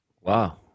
Wow